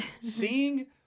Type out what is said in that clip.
seeing